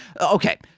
Okay